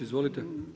Izvolite.